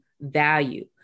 value